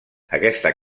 aquesta